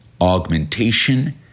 augmentation